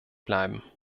bleiben